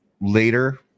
later